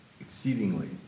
exceedingly